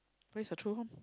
where is the true home